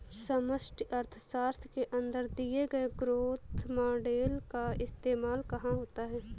समष्टि अर्थशास्त्र के अंदर दिए गए ग्रोथ मॉडेल का इस्तेमाल कहाँ होता है?